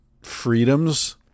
freedoms